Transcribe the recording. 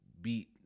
beat